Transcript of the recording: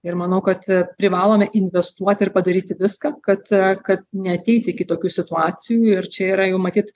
ir manau kad privalome investuoti ir padaryti viską kad kad neateiti iki tokių situacijų ir čia yra jau matyt